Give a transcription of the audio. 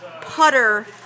putter